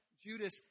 Judas